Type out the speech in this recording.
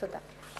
תודה.